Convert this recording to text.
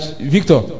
Victor